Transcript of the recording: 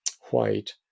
white